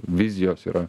vizijos yra